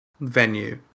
venue